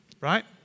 right